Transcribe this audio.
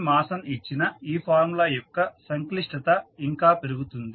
Mason ఇచ్చిన ఈ formula యొక్క సంక్లిష్టత ఇంకా పెరుగుతుంది